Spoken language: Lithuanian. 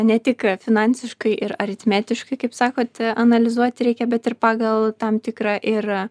ne tik finansiškai ir aritmetiškai kaip sakot analizuoti reikia bet ir pagal tam tikrą ir